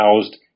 housed